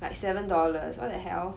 like seven dollars what the hell